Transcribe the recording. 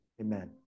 amen